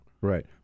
Right